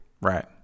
right